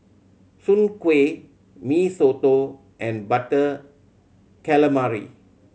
soon kway Mee Soto and Butter Calamari